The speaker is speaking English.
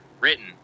written